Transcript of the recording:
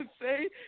say